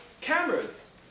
cameras